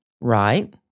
Right